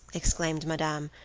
exclaimed madame,